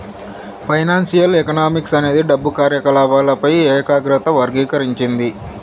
financial economics అనేది డబ్బు కార్యకాలపాలపై ఏకాగ్రత వర్గీకరించింది